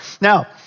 Now